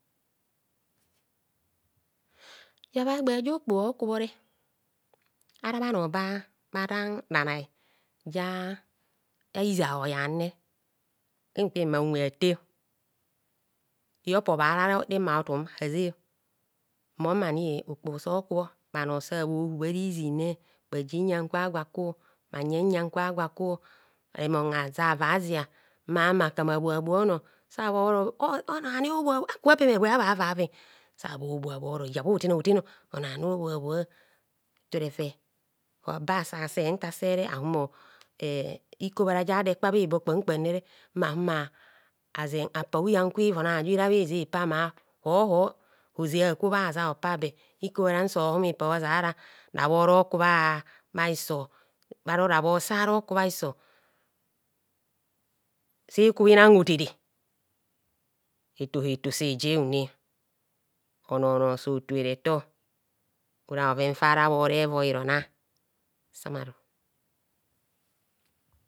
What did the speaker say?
Ibhabha egbe ja okpoho okubho re ara bhana babhatan bhanai ja izah oyane kwen kwen ma unwe ate a opobha ara rema otum aze mum anie okposo kubho bhano sa bho hubha ara izine bhaji nyang kwa gwo aku bhaji uyan kwa gwo aku remon ajava azia ma mma kama abhoa bhoa onor sabhoro onor ani obhoa bhoa aka pema egbe abhava sabhobhoa bhoro yabho bhoten a’hoten onor ani obhoa abhoa eto refe oba sasei ntase re ahume e ikobhara jado ekpe bhi bo kpam kpamne mma humo azen apa uyan kwa ivon aju ira bhijipa ma hoho ozei akwo bhaja ho pa bur ikobharam so hume ipahbo ozara rabho raku bhahiso bur saroku bhahiso sikubhi nang hotere eto efo seje ahune onor nor so tue retor ora bhove fara bho revoi ona samaru